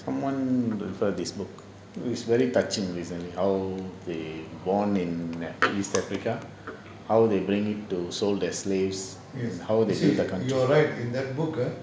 someone referred this book is very touching recently how they born in east africa how they bring it to sold as slaves and how they leave the country